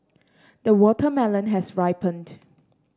the watermelon has ripened